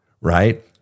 right